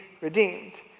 redeemed